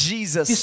Jesus